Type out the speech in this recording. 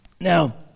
Now